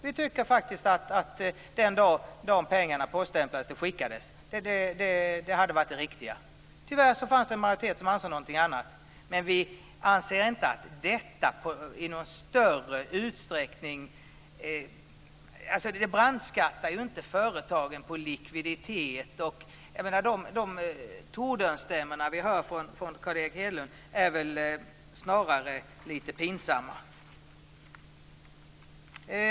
Vi tycker att den dag pengarna skickades, dvs. poststämplades, hade varit det riktiga. Tyvärr fanns det en majoritet som ansåg någonting annat. Men vi anser inte att detta i någon större utsträckning brandskattar företagen på likviditet. De tordönsstämmor vi hör från Carl Erik Hedlund är väl snarare litet pinsamma.